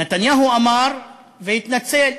נתניהו אמר, והתנצל,